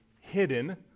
hidden